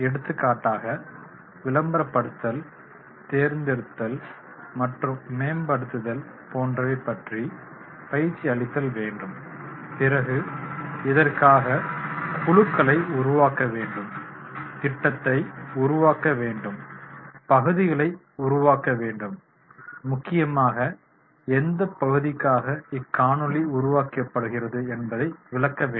எடுத்துக்காட்டாக விளம்பரப்படுத்தல் தேர்ந்தெடுத்தல் மற்றும் மேம்படுத்துதல் போன்றவை பற்றி பயிற்சி அளித்தல் வேண்டும் பிறகு இதற்காகக் குழுக்களை உருவாக்க வேண்டும் திட்டத்தை உருவாக்க வேண்டும் பகுதிகளை உருவாக்க வேண்டும் முக்கியமாக எந்தப் பகுதிக்காக இக்காணொளி உருவாக்கப்படுகிறது என்பதை விளக்க வேண்டும்